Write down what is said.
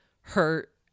hurt